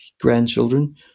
grandchildren